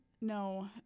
no